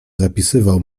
zapisywał